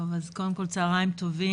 טוב אז קודם כל צוהריים טובים,